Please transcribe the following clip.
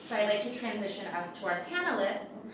so i'd like to transition us to our panelists,